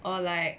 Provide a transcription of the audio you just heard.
or like